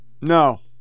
no